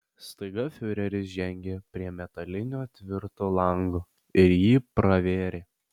staiga fiureris žengė prie metalinio tvirto lango ir jį pravėrė